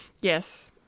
Yes